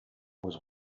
was